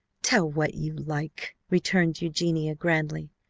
tell what you like, returned eugenia grandly,